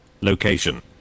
Location